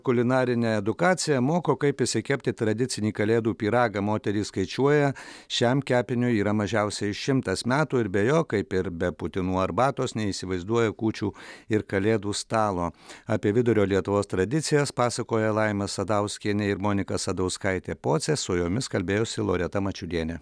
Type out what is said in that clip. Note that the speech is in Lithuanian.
kulinarinę edukaciją moko kaip išsikepti tradicinį kalėdų pyragą moterys skaičiuoja šiam kepiniui yra mažiausiai šimtas metų ir be jo kaip ir be putinų arbatos neįsivaizduoja kūčių ir kalėdų stalo apie vidurio lietuvos tradicijas pasakoja laima sadauskienė ir monika sadauskaitė pocė su jomis kalbėjosi loreta mačiulienė